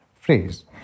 phrase